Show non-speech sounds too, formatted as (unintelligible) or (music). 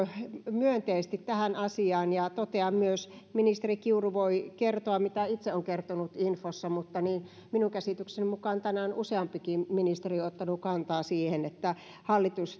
myönteisesti tähän asiaan ja totean myös ministeri kiuru voi kertoa mitä itse on kertonut infossa että minun käsitykseni mukaan tänään useampikin ministeri on ottanut kantaa siihen että hallitus (unintelligible)